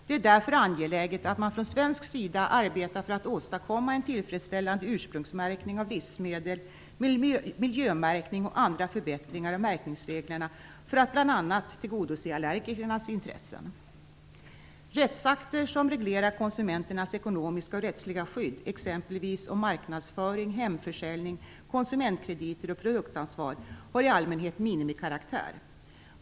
Det är därför angeläget att man från svensk sida arbetar för att åstadkomma en tillfredsställande ursprungsmärkning av livsmedel, miljömärkning och andra förbättringar av märkningsreglerna för att bl.a. tillgodose allergikernas intressen. Rättsakter som reglerar konsumenternas ekonomiska och rättsliga skydd, t.ex. om marknadsföring, hemförsäljning, konsumentkrediter och produktansvar, har i allmänhet minimikaraktär.